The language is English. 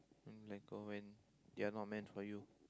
you have to let go when they are not meant for you